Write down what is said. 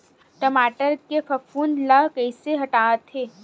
टमाटर के फफूंद ल कइसे हटाथे?